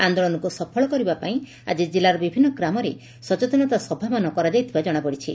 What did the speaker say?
ଆନ୍ଦୋଳନକ୍ ସଫଳ କରିବା ପାଇଁ ଆକି ଜିଲ୍ଲାର ବିଭିନ୍ନ ଗ୍ରାମରେ ସଚେତନତା ସଭାମାନ କରାଯାଇଥିବା ଜଶାପଡ଼ିଛି